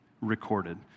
recorded